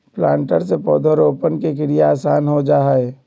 planter से पौधरोपण के क्रिया आसान हो जा हई